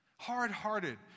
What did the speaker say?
hard-hearted